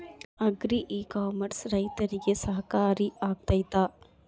Agri e commerce ರೈತರಿಗೆ ಸಹಕಾರಿ ಆಗ್ತೈತಾ?